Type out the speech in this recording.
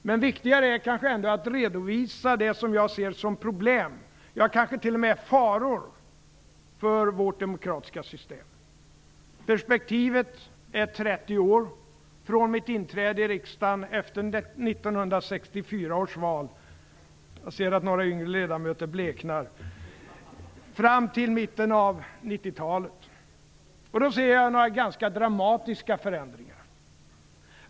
Men viktigare är kanske ändå att redovisa det som jag ser som problem, ja kanske t.o.m. faror, för vårt demokratiska system. Perspektivet är 30 år från mitt inträde i riksdagen efter 1964 års val - jag ser att några yngre ledamöter bleknar - fram till mitten av 1990-talet. Då ser jag några ganska dramatiska förändringar.